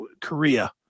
Korea